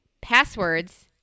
Passwords